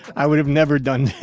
i would have never done it.